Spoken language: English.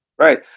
Right